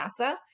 NASA